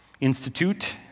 institute